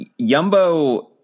Yumbo